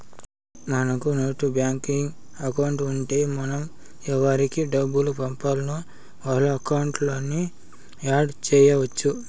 మనకు net banking account ఉంటే మనం ఎవురికి డబ్బులు పంపాల్నో వాళ్ళ అకౌంట్లని యాడ్ చెయ్యచ్చు